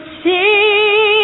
see